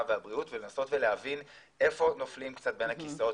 והבריאות ולנסות ולהבין איפה נופלים קצת בין הכיסאות.